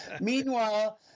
Meanwhile